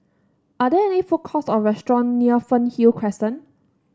are there food courts or restaurants near Fernhill Crescent